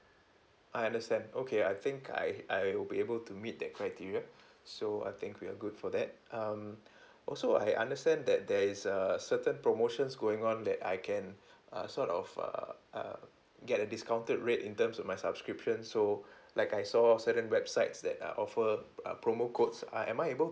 I understand okay I think I I will be able to meet that criteria so I think we are good for that um also I understand that there is a certain promotions going on that I can err sort of uh uh get a discounted rate in terms of my subscription so like I saw certain websites that err offer uh promo codes uh am I able